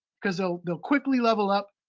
because they'll they'll quickly level up,